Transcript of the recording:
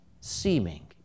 seeming